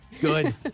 Good